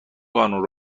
قانون